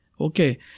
Okay